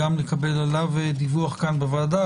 אנחנו נשמח כמובן גם לקבל עליו דיווח כאן בוועדה,